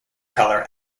color